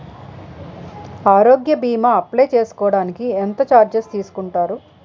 ఆరోగ్య భీమా అప్లయ్ చేసుకోడానికి ఎంత చార్జెస్ తీసుకుంటారు?